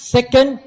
Second